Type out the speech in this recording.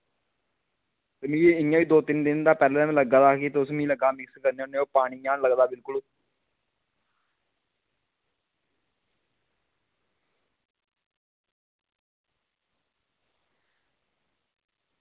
ते मिगी इ'यां बी दो तिन दिन दा पैह्लें बी लग्गा दा हा कि तुस मिगी लग्गा दा मिक्स करने होन्ने ते ओह् पानी जन लगदा बिलकुल